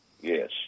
Yes